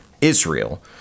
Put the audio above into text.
Israel